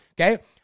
Okay